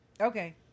Okay